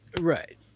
right